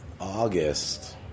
August